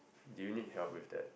do you need help with that